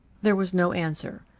there was no answer.